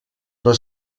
però